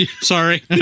Sorry